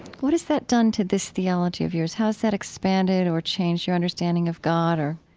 what has that done to this theology of yours? how has that expanded or changed your understanding of god or,